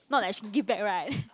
not like she give back right